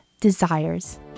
desires